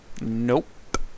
Nope